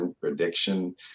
prediction